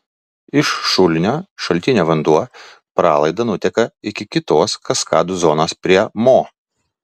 iš šulinio šaltinio vanduo pralaida nuteka iki kitos kaskadų zonos prie mo